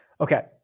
Okay